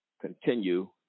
continue